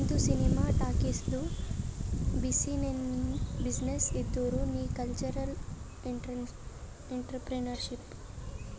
ನಿಂದು ಸಿನಿಮಾ ಟಾಕೀಸ್ದು ಬಿಸಿನ್ನೆಸ್ ಇದ್ದುರ್ ನೀ ಕಲ್ಚರಲ್ ಇಂಟ್ರಪ್ರಿನರ್ಶಿಪ್